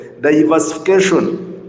diversification